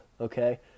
okay